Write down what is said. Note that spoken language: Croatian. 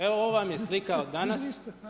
Evo ovo vam je slika od danas.